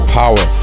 power